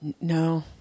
no